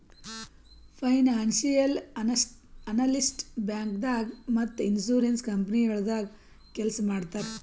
financial analyst ಬ್ಯಾಂಕ್ದಾಗ್ ಮತ್ತ್ insurance ಕಂಪನಿಗೊಳ್ದಾಗ ಕೆಲ್ಸ್ ಮಾಡ್ತರ್